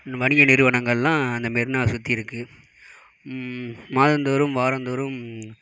வணிக நிறுவனங்கள்லாம் அந்த மெரினா சுற்றி இருக்கு மாதந்தோறும் வாரந்தோறும்